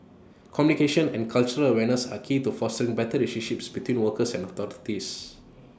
communication and cultural awareness are key to fostering better relationship between workers and authorities